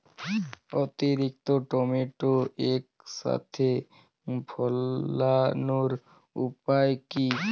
অতিরিক্ত টমেটো একসাথে ফলানোর উপায় কী?